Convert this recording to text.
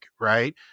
right